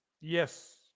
Yes